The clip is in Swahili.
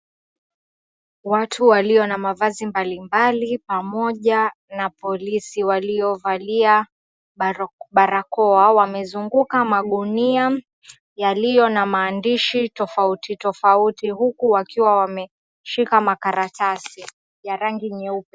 Watu walio na mavazi mbalimbali pamoja na polisi waliovalia barakoa wamezunguka magunia yaliyo na maandishi tofauti tofauti huku wakiwa wameshika makaratasi ya rangi nyeupe.